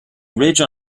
ridge